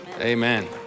Amen